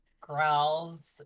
growls